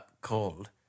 called